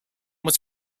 was